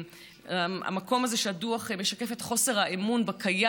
המקום הזה שהדוח משקף את חוסר האמון בקיים